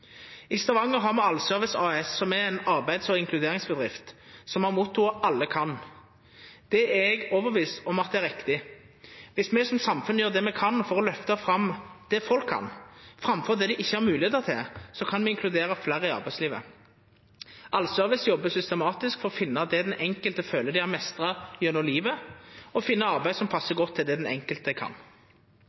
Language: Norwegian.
I Stavanger har me Allservice AS, som er ein arbeids- og inkluderingsbedrift med mottoet «alle kan». Det er eg overtydd om er riktig. Om me som samfunn gjer det me kan for å løfta fram det folk kan, framfor det dei ikkje har moglegheiter til, kan me inkludera fleire i arbeidslivet. Allservice jobbar systematisk for å finna det den enkelte føler han eller ho har meistra gjennom livet, og så finne arbeid som passar godt til det den enkelte kan.